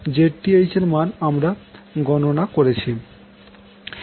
ZTh এর মান আমরা গননা করেছি